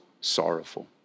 sorrowful